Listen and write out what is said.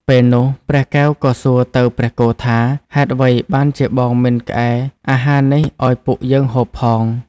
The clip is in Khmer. ពេលនោះព្រះកែវក៏សួរទៅព្រះគោថា ហេតុអ្វីបានជាបងមិនក្អែអាហារនេះឲ្យពុកយើងហូបផង?